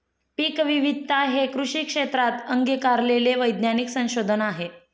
पीकविविधता हे कृषी क्षेत्रात अंगीकारलेले वैज्ञानिक संशोधन आहे